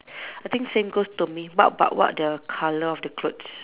I think same goes to me what about what the colour of the clothes